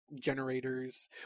generators